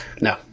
No